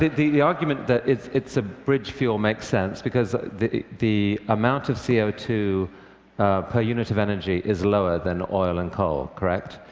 the the argument that it's it's a bridge fuel makes sense, because the the amount of c o two per unit of energy is lower than oil and coal, correct?